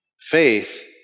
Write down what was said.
Faith